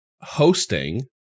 hosting